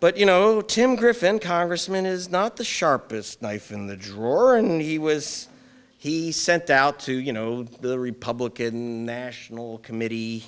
but you know tim griffin congressman is not the sharpest knife in the drawer and he was he sent out to you know the republican national committee